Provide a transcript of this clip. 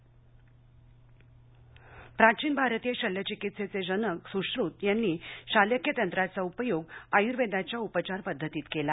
परिषद प्राचिन भारतीय शल्यघिकित्सिचे जनक सुश्रत यांनी शालक्यतंत्राचा उपयोग आयुर्वेदाच्या उपचार पद्धतीत केला